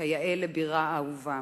כיאה לבירה האהובה.